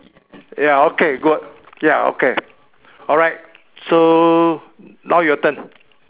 ya okay good ya okay alright so now your turn